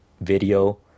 video